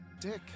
Dick